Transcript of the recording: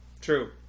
True